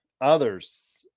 others